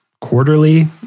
quarterly